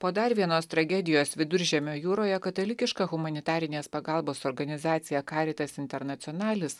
po dar vienos tragedijos viduržemio jūroje katalikiška humanitarinės pagalbos organizacija karitas internacionalinis